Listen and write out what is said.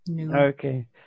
okay